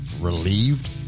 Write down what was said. relieved